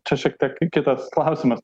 čia šiek tiek kitas klausimas